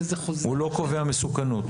הוא לא קובע מסוכנות.